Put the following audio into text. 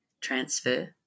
transfer